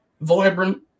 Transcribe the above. vibrant